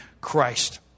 Christ